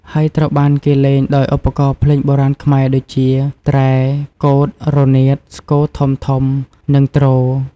ហើយត្រូវបានគេលេងដោយឧបករណ៍ភ្លេងបុរាណខ្មែរដូចជា ត្រែ កូត រនាត ស្គរធំៗ និងទ្រ។